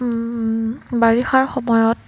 বাৰিষাৰ সময়ত